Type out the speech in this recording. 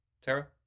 tara